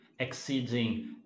exceeding